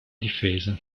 difesa